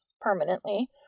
permanently